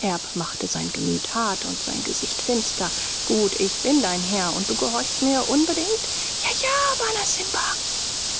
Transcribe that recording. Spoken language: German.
erb machte sein gemüt hart und sein gesicht finster gut ich bin dein herr und du gehorchst mir unbedingt ja ja bana simba